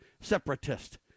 separatist